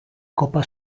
copa